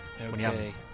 Okay